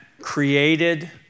created